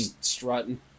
strutting